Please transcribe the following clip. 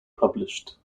published